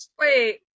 Wait